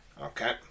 Okay